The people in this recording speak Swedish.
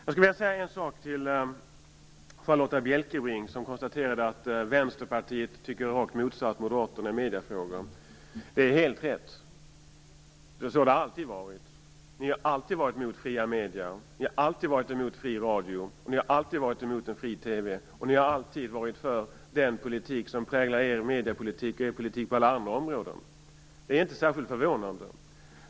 Jag skulle vilja säga en sak till Charlotta L Bjälkebring, som konstaterade att Vänsterpartiet tycker rakt motsatt Moderaterna i mediefrågor. Det är helt rätt. Så har det alltid varit. Ni har alltid varit mot fria medier. Ni har alltid varit mot fri radio. Ni har alltid varit mot en fri TV. Och ni har alltid varit för den politik som präglar er mediepolitik och er politik på alla andra områden. Det är inte särskilt förvånande.